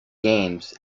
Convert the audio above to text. games